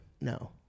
No